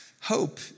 hope